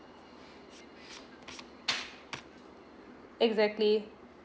exactly